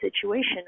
situation